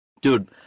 Dude